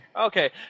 okay